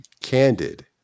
candid